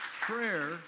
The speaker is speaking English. Prayer